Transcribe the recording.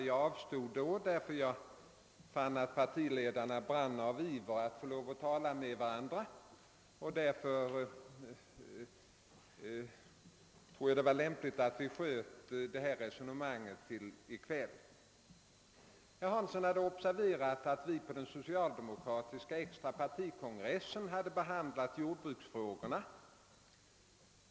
Jag avstod då därför att jag fann att partiledarna brann av iver att få tala med varandra, och jag ansåg det därför lämpligt att skjuta upp detta resonemang till i kväll. Herr Hansson i Skegrie hade observerat att vi på den socialdemokratiska extra partikongressen hade behandlat jordbruksfrågorna.